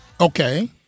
Okay